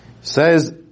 Says